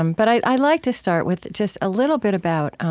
um but i'd i'd like to start with just a little bit about